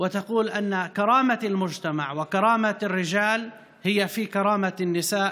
ואומרים שכבוד החברה וכבוד הגברים הם בכבוד הנשים,